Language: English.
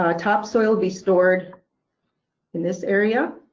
ah top soil will be stored in this area.